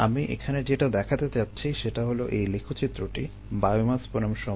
আমি এখানে যেটা দেখাতে চাচ্ছি সেটা হলো এই লেখচিত্রটি বায়োমাস বনাম সময়